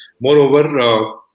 Moreover